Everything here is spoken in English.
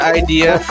idea